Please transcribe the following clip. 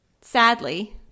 sadly